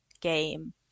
game